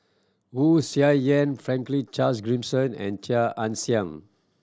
Wu Tsai Yen Franklin Charles Gimson and Chia Ann Siang